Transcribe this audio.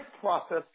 process